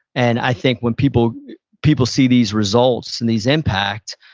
and i think what people people see these results and these impact,